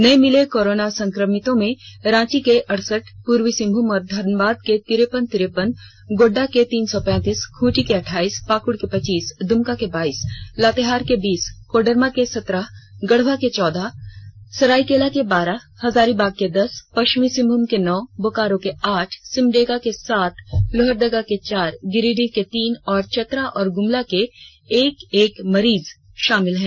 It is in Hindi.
नये मिले कोरोना संक्रमितों में रांची के अड़सठ पूर्वी सिंहभूम और धनबाद के तिरेपन तिरेपन गोड्डा के तीन सौ पैंतीस खूंटी के अठाइस पाकुड़ के पच्चीस दुमका के बाइस लातेहार के बीस कोडरमा के सत्रह गढ़वा के चौदह सरायकेला के बारह हजारीबाग के दस पश्चिमी सिंहभूम के नौ बोकारो के आठ सिमडेगा के सात लोहरदगा के चार गिरिडीह के तीन और चतरा और गुमला के एक एक मरीज शामिल हैं